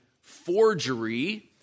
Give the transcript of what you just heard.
forgery